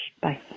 Bye